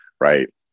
Right